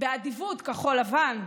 באדיבות כחול לבן,